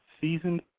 seasoned